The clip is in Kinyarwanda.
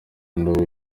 nawe